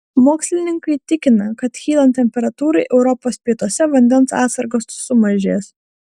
mokslininkai tikina kad kylant temperatūrai europos pietuose vandens atsargos sumažės